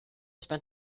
spent